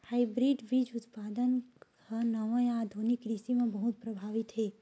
hybrid बीज उत्पादन हा नवा या आधुनिक कृषि मा बहुत प्रभावी हे